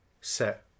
set